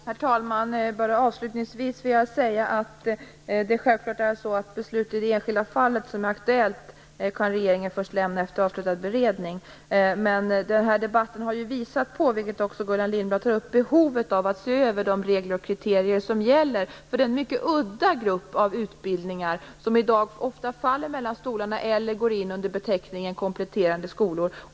Herr talman! Avslutningsvis vill jag säga att beslut i det enskilda fall som är aktuellt, kan regeringen självfallet lämna först efter avslutad beredning. Debatten har visat, vilket också Gullan Lindblad tar upp, på behovet av att se över de regler och kriterier som gäller för den mycket udda grupp av utbildningar som i dag ofta faller mellan två stolar eller går in under beteckningen kompletterande skolor.